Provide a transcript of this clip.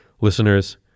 Listeners